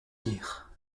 dire